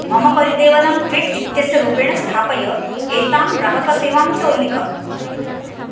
मम परिदेवनां ट्विट् इत्यस्य रूपेण स्थापय एतां ग्राहकसेवां च उल्लिख